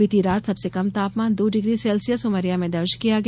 बीती रात सबसे कम तापमान दो डिग्री सेल्सियस उमरिया में दर्ज किया गया